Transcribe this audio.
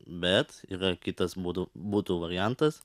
bet yra kitas būdu būtų variantas